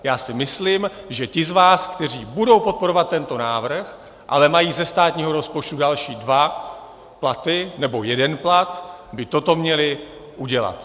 Já si myslím, že ti z vás, kteří budou podporovat tento návrh, ale mají ze státního rozpočtu další dva platy nebo jeden plat, by toto měli udělat.